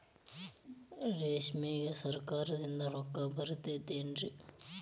ರೇಷ್ಮೆಗೆ ಸರಕಾರದಿಂದ ರೊಕ್ಕ ಬರತೈತೇನ್ರಿ?